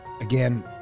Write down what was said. Again